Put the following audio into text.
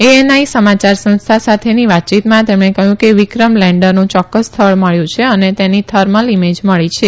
ANI સમાયાર સંસ્થા સાથે ની વાતયીત માં તેમણે કહ્યું કે વિક્રમ લેંડર નું યોક્ક્સ સ્થળ મળ્યું છે અને તેની થર્મલ ઇમેજ મળી છે